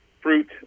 fruit